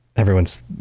Everyone's